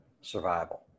survival